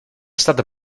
stata